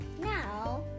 now